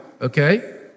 okay